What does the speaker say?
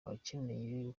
abakeneye